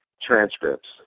transcripts